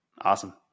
awesome